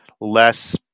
less